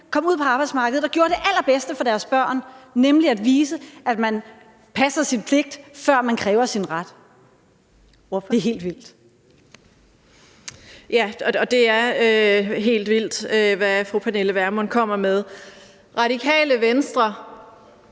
kom ud på arbejdsmarkedet og gjorde det allerbedste for deres børn, nemlig at vise, at man gør sin pligt, før man kræver sin ret. Det er helt vildt. Kl. 14:36 Første næstformand (Karen Ellemann): Ordføreren.